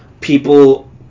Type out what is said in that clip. people